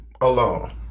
alone